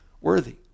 worthy